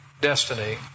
destiny